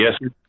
yes